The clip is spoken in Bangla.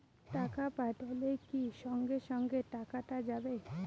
টাকা পাঠাইলে কি সঙ্গে সঙ্গে টাকাটা যাবে?